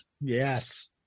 yes